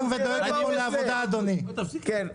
--- דנה,